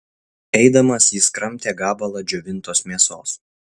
eidamas jis kramtė gabalą džiovintos mėsos